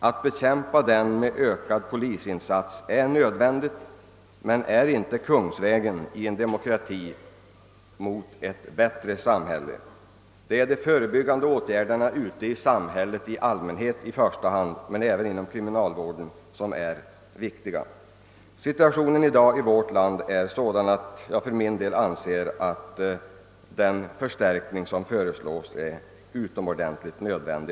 Att bekämpa denna med ökade polisinsatser är nödvändigt men är i en demokrati inte kungsvägen till ett bättre samhälle. Det är de förebyggande åtgärderna, ute i samhället i allmänhet i första hand men även inom kriminalvården, som är mest viktiga. Situationen i dag i vårt land är sådan att jag för min del anser att den förstärkning som föreslås är utomordentligt nödvändig.